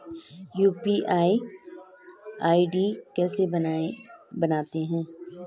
UPI ID कैसे बनाते हैं?